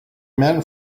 men